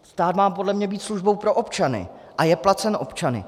Stát má podle mě být službou pro občany a je placen občany.